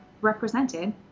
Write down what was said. represented